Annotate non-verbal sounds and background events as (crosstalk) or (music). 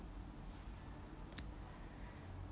(noise)